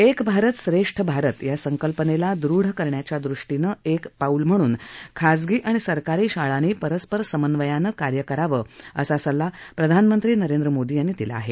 एक भारत श्रेष्ठ भारत या संकल्पनेला दृढ करण्याच्या दिशेनं एक पाऊल म्हणून खाजगी आणि सरकारी शाळांनी परस्पर समन्वयानं कार्य करावं असा सल्ला प्रधानमंत्री नरेंद्र मोदी यांनी दिला आहे